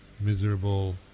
miserable